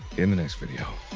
in the next video.